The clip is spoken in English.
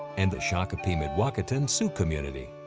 and the shakopee mdewakanton sioux community.